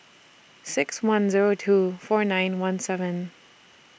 six one Zero two four nine one seven